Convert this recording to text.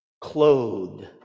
clothed